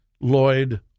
Lloyd